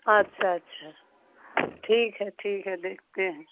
अच्छा अच्छा ठीक है ठीक है देखते हैं